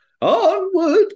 Onward